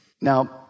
Now